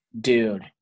Dude